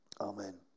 Amen